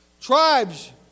tribes